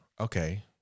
Okay